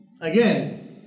Again